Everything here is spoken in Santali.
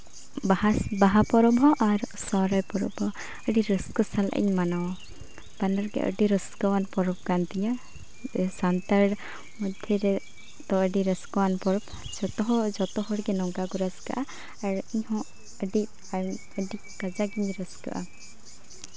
ᱵᱟᱦᱟ ᱯᱚᱨᱚᱵᱽ ᱦᱚᱸ ᱟᱨ ᱥᱚᱦᱚᱨᱟᱭ ᱯᱚᱨᱚᱵᱽ ᱦᱚᱸ ᱟᱹᱰᱤ ᱨᱟᱹᱥᱠᱟᱹ ᱥᱟᱞᱟᱜ ᱤᱧ ᱢᱟᱱᱟᱣᱟ ᱵᱟᱱᱟᱨ ᱜᱮ ᱟᱹᱰᱤ ᱨᱟᱹᱥᱠᱟᱹᱣᱟᱱ ᱯᱚᱨᱚᱵᱽ ᱠᱟᱱ ᱛᱤᱧᱟᱹ ᱥᱟᱱᱛᱟᱲ ᱢᱚᱫᱽᱫᱷᱮ ᱨᱮ ᱫᱚ ᱟᱹᱰᱤ ᱨᱟᱹᱥᱠᱟᱹᱣᱟᱱ ᱯᱚᱨᱚᱵᱽ ᱡᱚᱛᱚᱦᱚᱲᱜᱮ ᱱᱚᱝᱠᱟ ᱠᱚ ᱨᱟᱹᱥᱠᱟᱹᱜᱼᱟ ᱟᱨ ᱤᱧ ᱦᱚᱸ ᱟᱹᱰᱤ ᱟᱹᱰᱤ ᱠᱟᱡᱟᱠ ᱜᱤᱧ ᱨᱟᱹᱥᱠᱟᱹᱜᱼᱟ